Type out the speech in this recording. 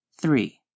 Three